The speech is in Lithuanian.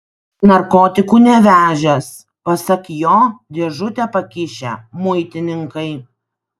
narkotikų nevežęs pasak jo dėžutę pakišę muitininkai